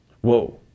whoa